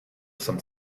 some